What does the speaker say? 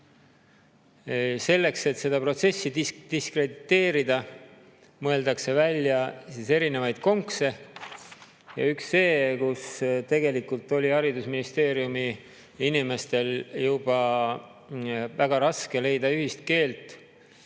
Selleks, et seda protsessi diskrediteerida, mõeldakse välja erinevaid konkse. Ja üks, kus tegelikult oli haridusministeeriumi inimestel juba väga raske leida ühist keelt